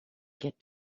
get